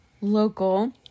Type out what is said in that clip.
local